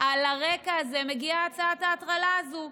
על הרקע הזה מגיעה הצעת ההטרלה הזו.